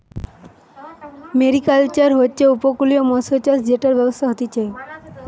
mariculture মানে হচ্ছে উপকূলীয় মৎস্যচাষ জেটার ব্যবসা হতিছে